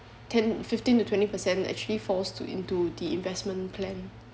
ten fifteen to twenty percent actually falls to into the investment plan